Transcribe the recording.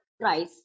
Price